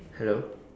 hello